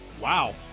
Wow